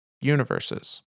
universes